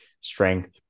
strength